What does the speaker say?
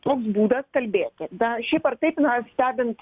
toks būdas kalbėti dar šiaip ar taip na stebint